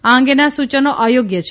આ અંગેના સૂચનો અયોગ્ય છે